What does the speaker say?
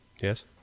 Yes